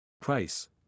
Price